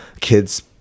kids